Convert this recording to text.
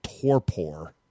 torpor